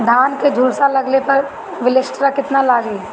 धान के झुलसा लगले पर विलेस्टरा कितना लागी?